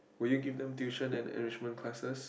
will you give them tuition and enrichment classes